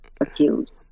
accused